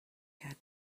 had